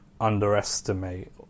underestimate